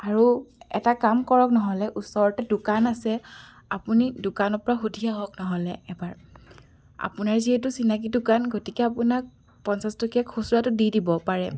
আৰু এটা কাম কৰক নহ'লে ওচৰতে দোকান আছে আপুনি দোকানৰ পৰা সুধি আহক নহ'লে এবাৰ আপোনাৰ যিহেতু চিনাকি দোকান গতিকে আপোনাক পঞ্চাছটকীয়া খুচুৰাটো দি দিব পাৰে